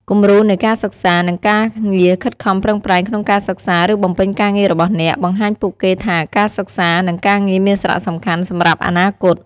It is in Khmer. គំរូនៃការសិក្សា និងការងារខិតខំប្រឹងប្រែង ក្នុងការសិក្សា ឬបំពេញការងាររបស់អ្នក បង្ហាញពួកគេថាការសិក្សា និងការងារមានសារៈសំខាន់សម្រាប់អនាគត ។